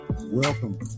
welcome